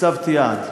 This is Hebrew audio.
הצבתי יעד,